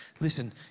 Listen